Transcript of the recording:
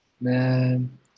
man